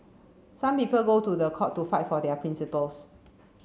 some people go to the court to fight for their principles